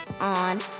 on